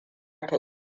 ta